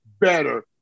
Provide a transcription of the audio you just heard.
better